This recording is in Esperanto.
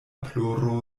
ploro